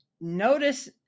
notice